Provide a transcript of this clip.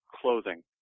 clothing